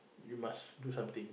you must do something